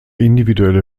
individuelle